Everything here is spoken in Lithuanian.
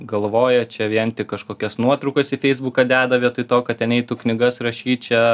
galvoja čia vien tik kažkokias nuotraukas į feisbuką deda vietoj to kad ten eitų knygas rašyt čia